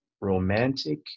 romantic